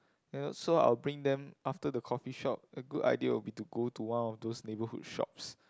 eh so I'll bring them after the coffee shop a good idea will be to go to one of those neighborhood shops